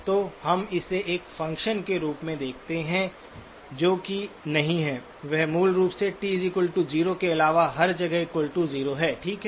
तो हम इसे एक फ़ंक्शन के रूप में देखते हैं जो कि नहीं है वह मूल रूप से t 0 के अलावा हर जगह 0 है ठीक है